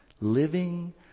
living